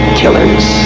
killers